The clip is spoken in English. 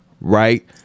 Right